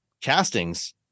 castings